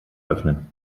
öffnen